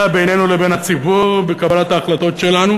בינינו לבין הציבור בקבלת ההחלטות שלנו,